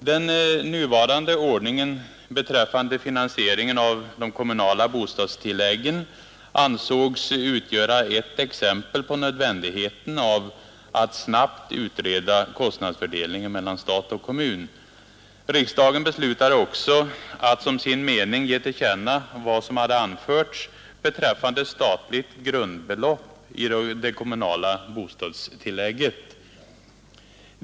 Den nuvarande ordningen beträffande finansieringen av de kommunala bostadstilläggen ansågs utgöra ett exempel på nödvändigheten av att snabbt utreda kostnadsfördelningen mellan stat och kommun. Riksdagen beslutade också att som sin mening ge till känna vad som hade anförts beträffande statligt grundbelopp i det kommunala bostadstillägget.